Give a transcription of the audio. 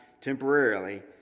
temporarily